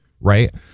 Right